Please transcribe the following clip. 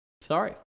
Sorry